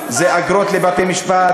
זה אגרות בתי-משפט,